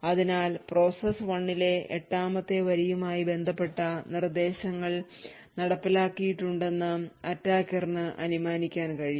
അതിനാൽ പ്രോസസ്സ് 1 ലെ എട്ടാമത്തെ വരിയുമായി ബന്ധപ്പെട്ട നിർദ്ദേശങ്ങൾ നടപ്പിലാക്കിയിട്ടുണ്ടെന്ന് attacker നു അനുമാനിക്കാൻ കഴിയും